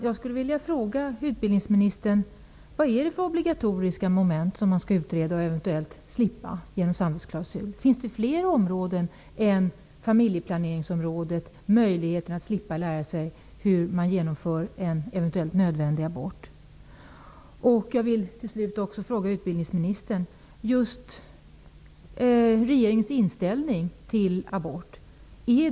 Jag skulle vilja, herr talman, fråga utbildningsministern vad det är för obligatoriska moment som skall utredas och som man eventuellt kan slippa genom samvetsklausul. Finns det fler områden än familjeplanering, möjligheten att slippa att lära sig hur en eventuellt nödvändig abort genomförs? Till slut vill jag också fråga utbildningsministern vad regeringens inställning till abort är.